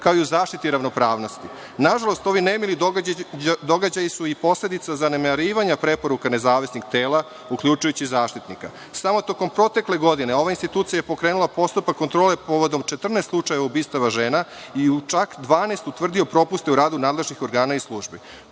kao i u zaštiti ravnopravnosti. Nažalost, ovi nemili događaji su i posledica zanemarivanja preporuka nezavisnih tela, uključujući i Zaštitnika građana. Samo tokom protekle godine ova institucija je pokrenula postupak kontrole povodom 14 slučajeva ubistava žena i u čak 12 utvrdila propuste u radu nadležnih organa i službi.